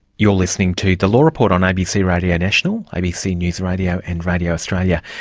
you're listening to the law report on abc radio national, abc news radio, and radio australia,